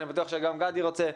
אני בטוח שגם גדי רוצה.